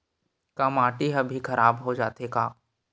का माटी ह भी खराब हो जाथे का?